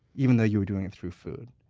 even though you were doing it through food?